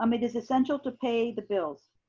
um it is essential to pay the bills.